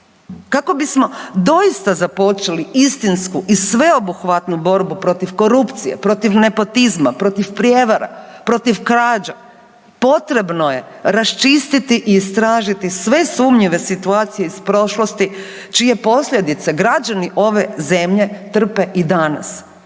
kako bismo doista započeli istinsku i sveobuhvatnu borbu protiv korupcije, protiv nepotizma, protiv prijevara, protiv krađa. Potrebno je raščistiti i istražiti sve sumnjive situacije iz prošlosti čije posljedice građani ove zemlje trpe i danas.